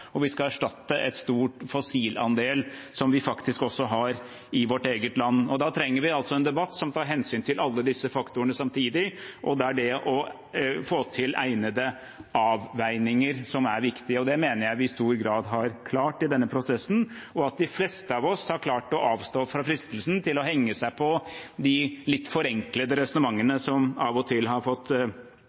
og vi skal erstatte en stor fossilandel som vi faktisk også har i vårt eget land. Da trenger vi en debatt som tar hensyn til alle disse faktorene samtidig, og det er det å få til egnede avveininger som er viktig. Det mener jeg vi i stor grad har klart i denne prosessen, og at de fleste av oss har klart å avstå fra fristelsen til å henge seg på de litt forenklede resonnementene som av og til har fått